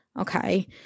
Okay